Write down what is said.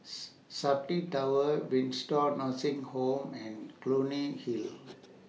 Safti Tower Nursing Home and Clunny Hill